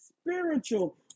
spiritual